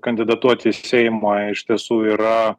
kandidatuoti į seimą iš tiesų yra